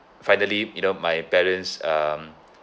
finally you know my parents um